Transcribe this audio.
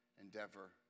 endeavor